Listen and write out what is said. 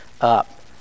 up